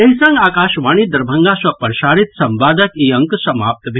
एहि संग आकाशवाणी दरभंगा सँ प्रसारित संवादक ई अंक समाप्त भेल